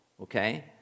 okay